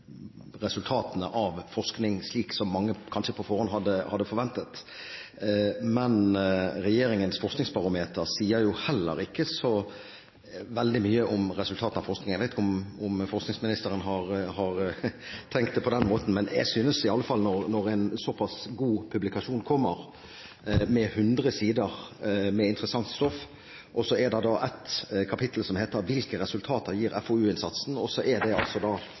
resultatene av forskning, slik mange på forhånd kanskje hadde forventet. Men regjeringens forskningsbarometer sier heller ikke så veldig mye om resultater av forskning. Jeg vet ikke om forskningsministeren hadde tenkt det på den måten. Jeg synes i alle fall at når en såpass god publikasjon kommer, med 100 sider interessant stoff, hvorav et kapittel heter «Hvilke resultater gir FoU-innsatsen?», og det består av to sider på et blad, gir ikke det inntrykk av at regjeringen heller er